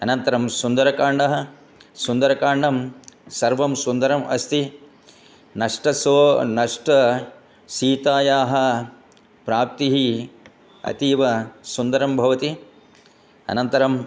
अनन्तरं सुन्दरकाण्डः सुन्दरकाण्डं सर्वं सुन्दरम् अस्ति नष्टसो नष्ट सीतायाः प्राप्तिः अतीव सुन्दरं भवति अनन्तरम्